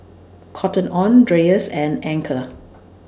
Cotton on Dreyers and Anchor